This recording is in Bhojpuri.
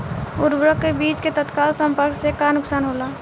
उर्वरक व बीज के तत्काल संपर्क से का नुकसान होला?